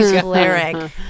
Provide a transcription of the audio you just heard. flaring